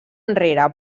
enrere